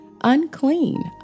unclean